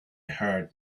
heard